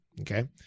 Okay